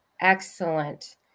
excellent